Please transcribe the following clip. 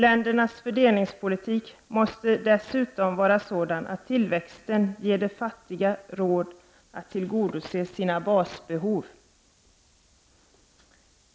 Ländernas fördelningspolitik måste dessutom vara sådan att tillväxten ger de fattiga råd att tillgodose sina basbehov.